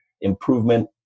improvement